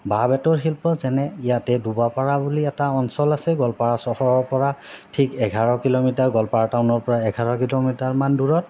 বাঁহ বেতৰ শিল্প যেনে ইয়াতে দুবা পাৰা বুলি এটা অঞ্চল আছে গোৱালপাৰা চহৰৰ পৰা ঠিক এঘাৰ কিলোমিটাৰ গোৱালপাৰা টাউনৰ পৰা এঘাৰ কিলোমিটাৰমান দূৰত